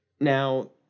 Now